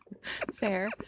fair